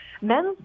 men's